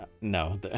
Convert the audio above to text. no